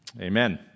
Amen